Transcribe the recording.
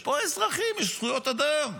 יש פה אזרחים, זכויות אדם.